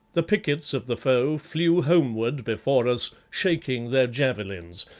the pickets of the foe flew homeward before us, shaking their javelins,